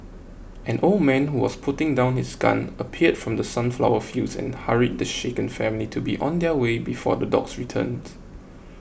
an old man who was putting down his gun appeared from the sunflower fields and hurried the shaken family to be on their way before the dogs returned